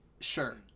Sure